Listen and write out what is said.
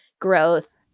growth